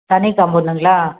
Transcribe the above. தனி காம்பவுண்டுங்களா